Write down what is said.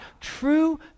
true